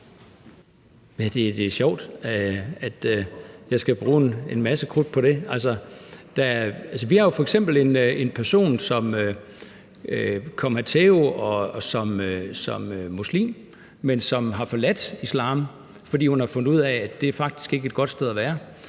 Det er sjovt, at jeg skal bruge en masse krudt på det. Vi har jo f.eks. en person, som kom hertil som muslim, men som har forladt islam, fordi hun har fundet ud af, at det faktisk ikke er et godt sted at være,